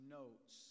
notes